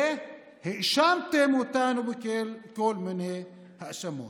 והאשמתם אותנו בכל מיני האשמות.